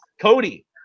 Cody